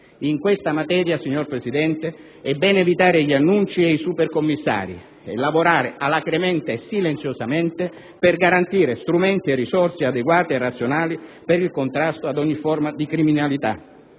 In questa materia, signor Presidente, è bene evitare gli annunci ed i supercommissari e lavorare alacremente e silenziosamente per garantire strumenti e risorse adeguate e razionali per il contrasto ad ogni forma di criminalità.